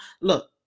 Look